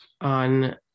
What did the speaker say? on